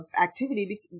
activity